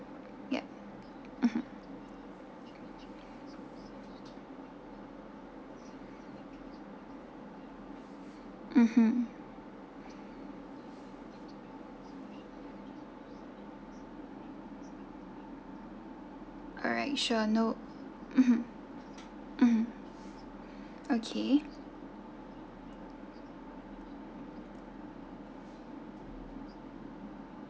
yeah mmhmm alright sure no mmhmm okay